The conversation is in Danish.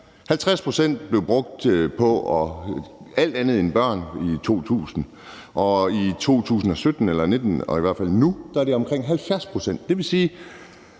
af tiden blev brugt på at alt andet end børn i 2000, og i 2017 eller 2019 og i hvert fald nu er det omkring 70 pct.